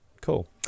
Cool